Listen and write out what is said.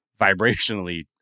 vibrationally